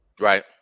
Right